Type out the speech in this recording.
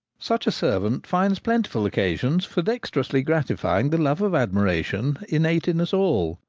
such a servant finds plentiful occasions for dexte rously gratifying the love of admiration innate in us all.